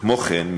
כמו כן,